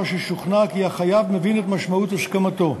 ששוכנע כי החייב מבין את משמעות הסכמתו.